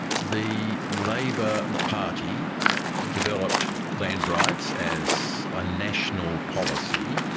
the labor party developed land rights as a national policy.